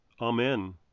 Amen